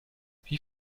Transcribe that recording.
wie